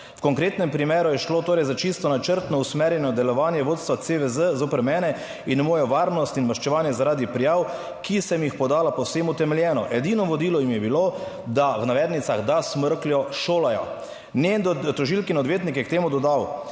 V konkretnem primeru je šlo torej za čisto načrtno usmerjeno delovanje vodstva CVZ zoper mene in mojo varnost in maščevanje zaradi prijav, ki sem jih podala povsem utemeljeno. Edino vodilo jim je bilo, da v navednicah, "da smrkljo šolajo". Njen, tožilki in odvetnik je k temu dodal: